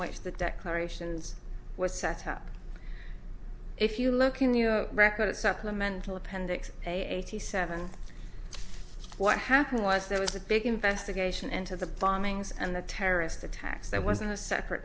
which the declarations was set up if you look in your record at supplemental appendix a eighty seven what happened was there was a big investigation into the bombings and the terrorist attacks that wasn't a separate